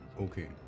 Okay